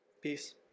Peace